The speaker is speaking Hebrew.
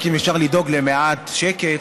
אם רק אפשר לדאוג למעט שקט,